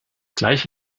gleich